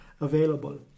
available